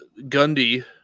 Gundy